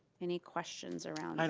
any questions around